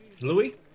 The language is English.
Louis